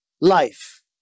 life